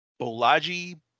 bolaji